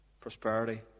prosperity